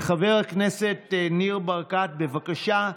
חבר הכנסת ניר ברקת, בבקשה.